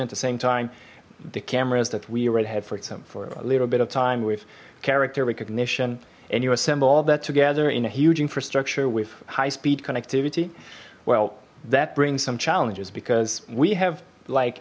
at the same time the cameras that we already have for example a little bit of time with character recognition and you assemble all that together in a huge infrastructure with high speed connectivity well that brings some challenges because we have like